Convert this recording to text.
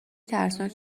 ترسناک